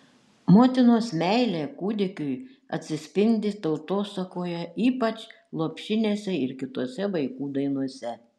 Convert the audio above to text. motinos meilė kūdikiui atsispindi tautosakoje ypač lopšinėse ir kitose vaikų dainose